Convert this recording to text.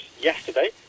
yesterday